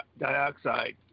dioxide